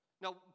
Now